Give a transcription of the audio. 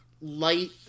light